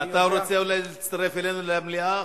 אתה רוצה אולי להצטרף אלינו למליאה,